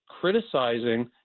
criticizing